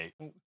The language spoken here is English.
Okay